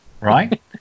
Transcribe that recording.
right